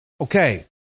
Okay